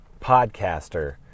podcaster